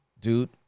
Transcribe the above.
dude